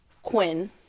Quinn